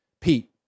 Pete